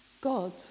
God